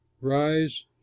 rise